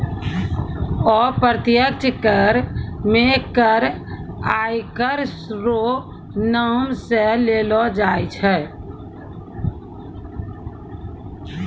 अप्रत्यक्ष कर मे कर आयकर रो नाम सं लेलो जाय छै